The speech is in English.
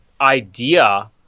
idea